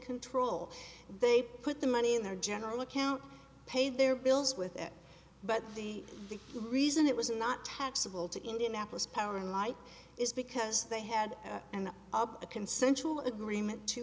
control they put the money in their general account paid their bills with it but the the reason it was not taxable to indianapolis power and light is because they had and a consensual agreement to